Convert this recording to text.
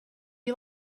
you